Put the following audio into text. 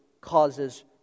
causes